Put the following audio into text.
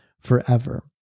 forever